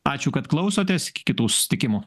ačiū kad klausotės iki kitų susitikimų